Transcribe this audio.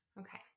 Okay